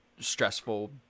stressful